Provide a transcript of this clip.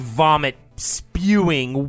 vomit-spewing